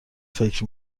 فکر